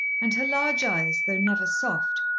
and her large eyes, though never soft,